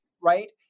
Right